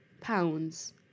pounds